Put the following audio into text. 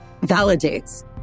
validates